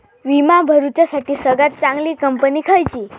विमा भरुच्यासाठी सगळयात चागंली कंपनी खयची?